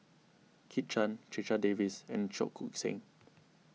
Kit Chan Checha Davies and Cheong Koon Seng